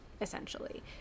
essentially